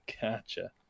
gotcha